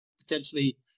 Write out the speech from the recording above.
potentially